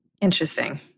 Interesting